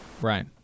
right